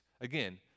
Again